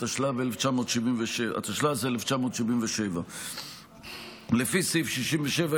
התשל"ז 1977. לפי סעיף 67,